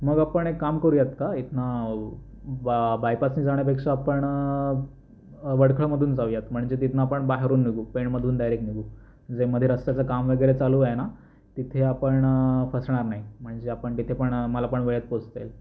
आपण एक काम करुयात का इथनं ब बायपासने जाण्यापेक्षा आपण वडखळमधून जाऊयात म्हणजे तिथनं आपण बाहेरून निघू पेणमधून डायरेक्ट निघू जे मध्ये रस्त्याचं काम वगैरे चालू आहे ना तिथे आपण फसणार नाही म्हणजे आपण तिथे पण मला पण वेळेत पोचता येईल